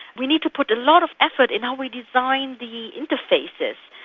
we need to put a lot of effort in how we design the interfaces.